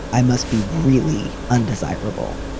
i must be really undesirable.